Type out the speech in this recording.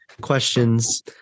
questions